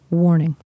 Warning